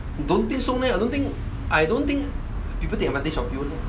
don't think so meh I don't think I don't think people take advantage of you